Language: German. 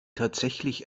tatsächlich